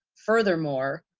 furthermore,